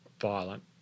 violent